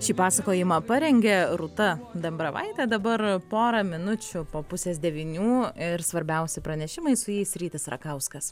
šį pasakojimą parengė rūta dambravaitė dabar porą minučių po pusės devynių ir svarbiausi pranešimai su jais rytis rakauskas